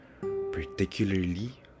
Particularly